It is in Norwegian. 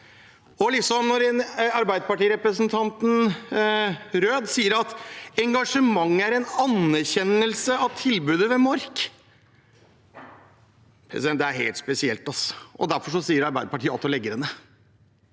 oss ikke i. Arbeiderparti-representanten Røed sier at engasjementet er en anerkjennelse av tilbudet ved Mork – det er helt spesielt. Derfor sier Arbeiderpartiet ja til å legge det ned.